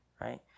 right